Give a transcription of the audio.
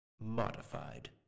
modified